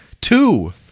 Two